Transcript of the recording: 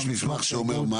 מה המסמך אומר?